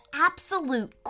absolute